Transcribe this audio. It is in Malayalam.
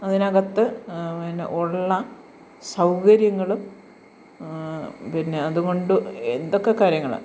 അതിനകത്ത് പിന്നെ ഉള്ള സൗകര്യങ്ങൾ പിന്നെ അതുകൊണ്ട് എന്തൊക്കെ കാര്യങ്ങളാണ്